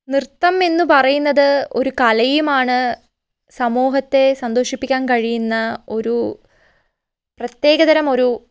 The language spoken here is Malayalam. നൃത്തം എന്ന് പറയുന്നത് ഒരു കലയുമാണ് സമൂഹത്തെ സന്തോഷിപ്പിക്കാൻ കഴിയുന്ന ഒരു പ്രത്യേകതരം ഒരു